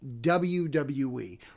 WWE